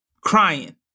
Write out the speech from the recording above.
crying